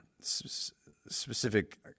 specific